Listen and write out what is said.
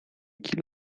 kilo